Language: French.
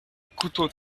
couteau